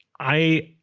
i